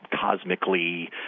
cosmically